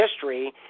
history